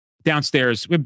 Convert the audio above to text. Downstairs